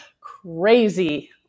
crazy